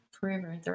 forever